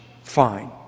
Fine